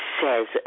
says